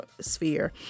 sphere